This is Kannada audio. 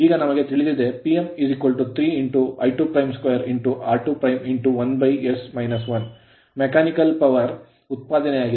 ಈಗ ನಮಗೆ ತಿಳಿದಿದೆ Pm 3 I22 r2 1s - 1 Mechanical power ಯಾಂತ್ರಿಕ ಶಕ್ತಿಯ ಉತ್ಪಾದನೆಯಾಗಿದೆ